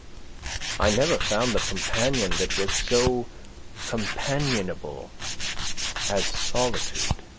i never found the companion that was so companionable as solitude.